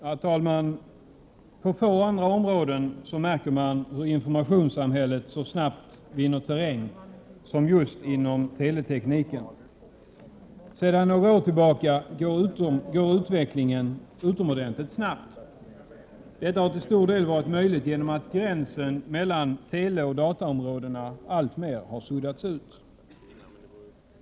Herr talman! På få andra områden märker man hur informationssamhället så snabbt vinner terräng som just inom teletekniken. Sedan några år tillbaka går utvecklingen utomordentligt snabbt. Detta har till stor del varit möjligt genom att gränsen mellan teleoch dataområdena alltmer har suddats ut.